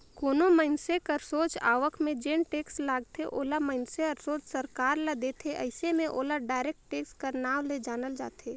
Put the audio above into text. कोनो मइनसे कर सोझ आवक में जेन टेक्स लगथे ओला मइनसे हर सोझ सरकार ल देथे अइसे में ओला डायरेक्ट टेक्स कर नांव ले जानल जाथे